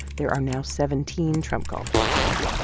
there are now seventeen trump golf courses